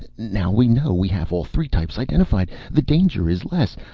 now we know. we have all three types identified. the danger is less.